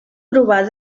provar